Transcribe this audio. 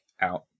out